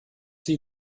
sie